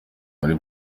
muri